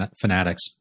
fanatics